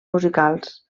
musicals